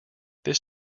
this